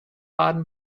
baden